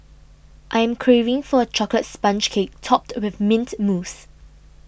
I'm craving for a Chocolate Sponge Cake Topped with Mint Mousse